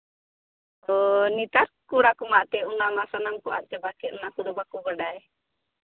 ᱚ ᱱᱮᱛᱟᱨ ᱠᱚᱲᱟ ᱠᱚᱢᱟ ᱮᱱᱛᱮᱫ ᱚᱱᱟ ᱢᱟ ᱥᱟᱱᱟᱢ ᱠᱚ ᱟᱫ ᱪᱟᱵᱟ ᱠᱮᱫ ᱚᱱᱟ ᱠᱚᱫᱚ ᱵᱟᱠᱚ ᱵᱟᱰᱟᱭ